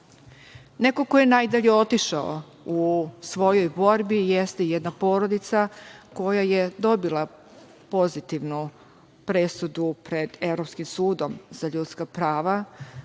ko je najdalje otišao u svojoj borbi, jeste jedna porodica koja je dobila pozitivnu presudu pred Evropskim sudom za ljudska prava,